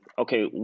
okay